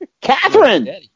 Catherine